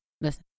listen